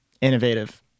innovative